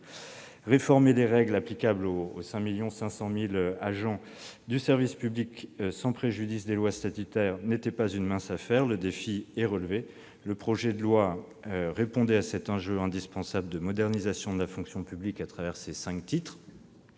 Réformer les règles applicables aux 5,5 millions d'agents du service public sans préjudice des lois statutaires n'était pas une mince affaire : le défi est relevé. Le projet de loi répondait à cet enjeu indispensable de modernisation de la fonction publique, au travers de cinq titres.